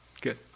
Good